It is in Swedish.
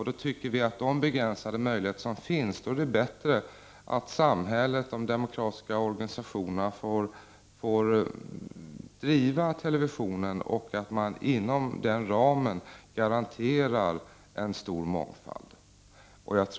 På grund av de begränsade möjligheter som finns tycker vi att det är bättre att samhället, de demokratiska organisationerna, får driva televisionen, och att det inom den ramen garanteras stor mångfald.